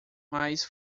mas